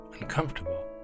uncomfortable